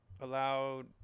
allowed